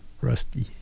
Rusty